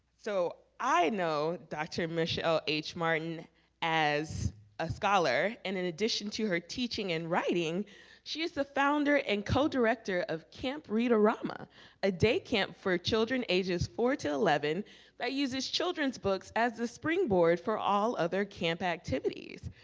so i know dr. michelle h martin as a scholar and in addition to her teaching and writing she is the founder and co-director of camp reader ah ama a day camp for children ages four to eleven that uses children's books as the springboard for all other camp activities.